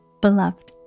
beloved